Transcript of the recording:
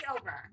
over